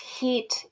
heat